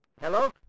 hello